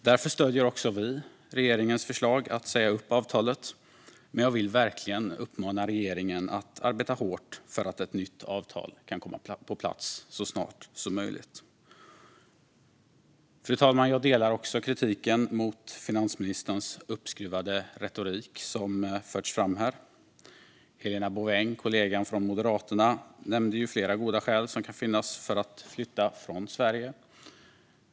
Därför stöder också vi regeringens förslag att säga upp avtalet, men jag vill verkligen uppmana regeringen att arbeta hårt för att ett nytt avtal ska komma på plats så snart som möjligt. Fru talman! Jag delar också kritiken mot finansministerns uppskruvade retorik. Helena Bouveng, kollegan från Moderaterna, nämnde flera goda skäl som en person kan ha för att flytta från Sverige.